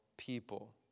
people